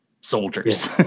soldiers